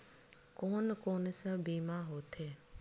कोन कोन से बीमा होथे?